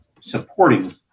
supporting